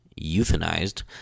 euthanized